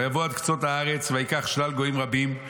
ויבוא עד קצות הארץ, וייקח שלל גויים רבים,